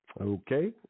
Okay